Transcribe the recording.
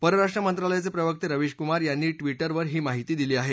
परराष्ट्रमंत्रालयाचे प्रवक्ते रवीश कुमार यांनी ट्विटखर ही माहिती दिली आहे